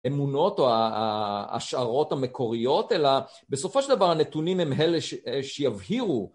אמונות או השערות המקוריות, אלא בסופו של דבר הנתונים הם אלה שיבהירו